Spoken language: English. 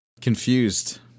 confused